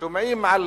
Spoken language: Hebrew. שומעים על